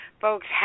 folks